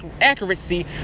accuracy